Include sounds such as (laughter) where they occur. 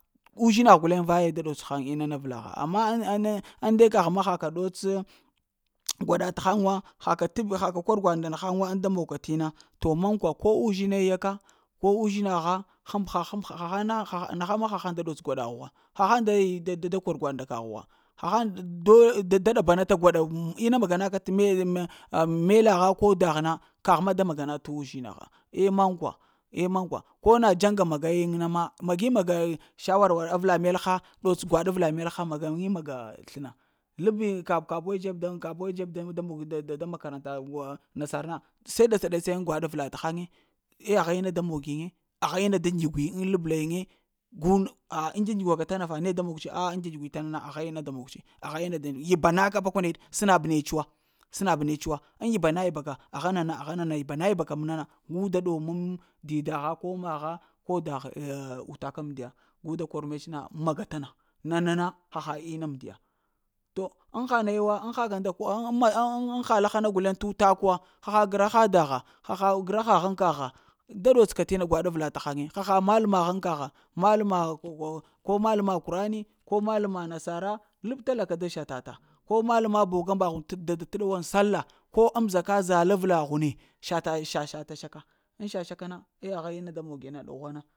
Uzhinah guleŋ vaye da ɗots haŋ mna na avla ha amma ŋ-ŋ ne ŋde kah ma ha ka ɗots (noise) gwaɗa tahaŋ wa haka haka t'b haka kor gwaɗ nda nahaŋ wa ŋ da mog ka tina to mankwa ko uzhine yaka ko uzhinaha, həm ba həm bi hahaŋ na ha nahaŋ ma ha haŋ da ɗots gwaɗahuwa, ha haŋ da-da da kor gwaɗa huwa, ha haŋ da-da da kor gwaɗa nda kah wa, hahaŋ do da ɗabanata gwaɗ ma maga naka t' melha melaha ko dahna, kah ma da maganata uzhinaha, eh mankwa emankwa, ko nadjanga maga yin na ma, magi maga shawar war avla melha, ɗots gwaɗ avla melha, maga-m-ma ga t' slna labi kabuwi dzeb daŋ kabuwi dzeb daŋ da makaranta nasar na se datsa-ɗatsa yiŋ gwaɗ avla tahaŋe eh aha inna da mog yini, aha inna da ndzug yin, labla yiŋe gi a ŋ ndzab-ndzug gwa ta na ta ne da mog ce, ah vita ndzab-ndzuga ta nana aha inna da mog ce, aha ina yibana ka pakwaneɗe sna ba nece wa snab nece wa ŋ yibana-yibaka aha nana, aha nana, yiba-na-yibaka mna na gu da ɗoo mn dida ha, ko maha, ko daha a utakn mndiya gu da kor mece na maga ta na nana na haha inna mndiya. To ŋ he naya wu in ha nay ŋ ŋ ha laha na guleŋ tutaka wa, haha graha daha, haha gra ha haŋ kagha da ɗots ka gwaɗ avla tahaŋge haha maləma kahaŋ kagha, malama na sara, labta la ka da shata-ta ko maləema bogun mbahun t't ɗowo sallah ko amzaka zala avla hune sata ssa ka, ŋ shafa ssata ka na ŋ han ma da moni